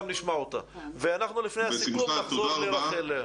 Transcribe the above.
נשמע אותה ולפני הסיכום אנחנו נחזור לרחל.